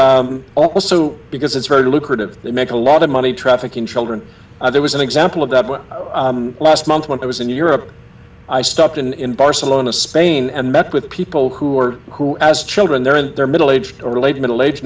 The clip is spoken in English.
also because it's very lucrative they make a lot of money trafficking children and there was an example of that last month when i was in europe i stopped in barcelona spain and met with people who are who as children they're in their middle age or late middle age